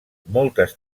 moltes